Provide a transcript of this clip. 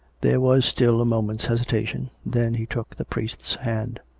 there was still a moment's hesitation. then he took the priest's hand.